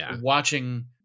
watching